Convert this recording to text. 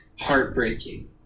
heartbreaking